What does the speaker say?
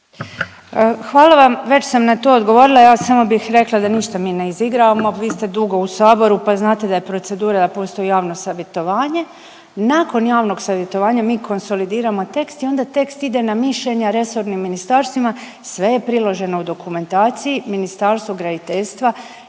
Hvala vam. Već sam na to odgovorila, ja samo bih rekla da ništa mi ne izigravamo, vi ste dugo u Saboru pa znate da je procedura, postoji javno savjetovanje. Nakon javnog savjetovanja mi konsolidiramo tekst i onda tekst ide na mišljenja resornim ministarstvima, sve je priloženo u dokumentaciji, Ministarstvo graditeljstva